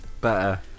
better